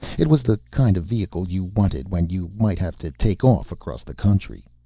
it was the kind of vehicle you wanted when you might have to take off across the country.